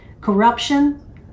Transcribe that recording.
Corruption